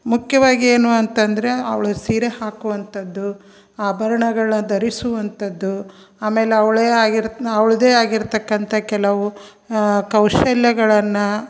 ಮುಖ್ಯವಾಗಿ ಏನು ಅಂತ ಅಂದ್ರೆ ಅವ್ಳು ಸೀರೆ ಹಾಕುವಂಥದ್ದು ಆಭರಣಗಳ ಧರಿಸುವಂಥದ್ದು ಆಮೇಲೆ ಅವಳೇ ಆಗಿರು ಅವ್ಳದ್ದೇ ಆಗಿರತಕ್ಕಂಥ ಕೆಲವು ಕೌಶಲ್ಯಗಳನ್ನು